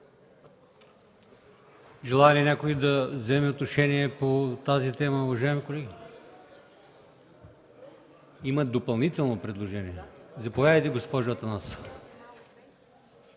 Желае ли някой да вземе отношение по тази тема, уважаеми колеги? Има допълнително предложение. Заповядайте, госпожо Атанасова.